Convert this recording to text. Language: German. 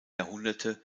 jahrhunderte